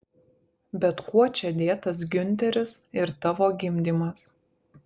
bet kuo čia dėtas giunteris ir tavo gimdymas